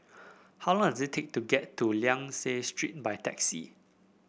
how long does it take to get to Liang Seah Street by taxi